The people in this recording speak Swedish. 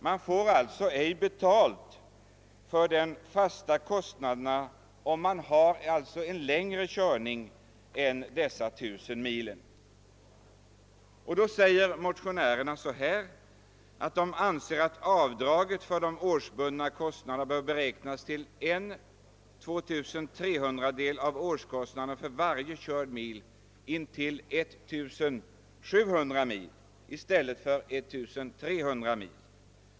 Man får alltså inte täckning för de verkliga fasta kostnaderna, om man nödgas köra längre sträcka än 1 000 mil. För att avhjälpa detta föreslår motionärerna att avdraget för de årsbundna kostnaderna skall beräknas till en 2 300-del av årskostnaderna för varje körd mil intill 1700 mil i stället för 1300 mil.